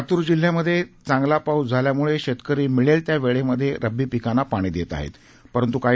लातूर जिल्ह्यामध्ये चांगला पाऊस झाल्यामुळे शेतकरी मिळेल त्या वेळेमध्ये रब्बी पिकांना पाणी देत आहेपरंतू काही